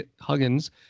Huggins